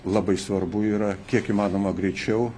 labai svarbu yra kiek įmanoma greičiau